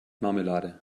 marmelade